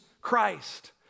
Christ